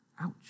Ouch